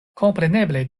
kompreneble